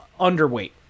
underweight